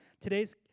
Today's